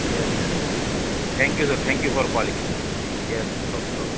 yes yes thank you sir thank you for calling yes sir okay okay